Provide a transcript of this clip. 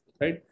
right